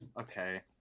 okay